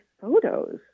photos